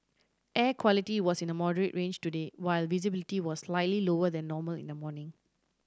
air quality was in the moderate range today while visibility was slightly lower than normal in the morning